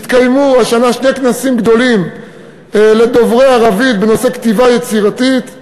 התקיימו השנה שני כנסים גדולים לדוברי ערבית בנושא כתיבה יצירתית.